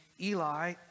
Eli